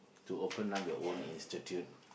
to open up your own institute